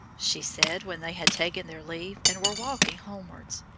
she said, when they had taken their leave and were walking homewards,